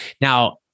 Now